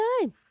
time